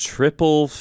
Triple